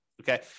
Okay